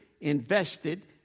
invested